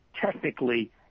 technically